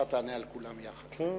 תודה,